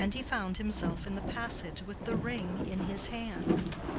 and he found himself in the passage with the ring in his hand.